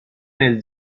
nel